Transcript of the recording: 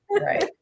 Right